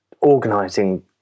organizing